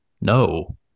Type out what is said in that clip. no